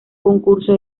concurso